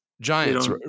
Giants